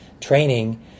training